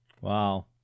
Wow